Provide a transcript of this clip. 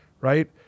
right